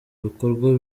ibikorwa